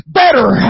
better